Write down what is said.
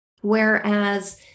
Whereas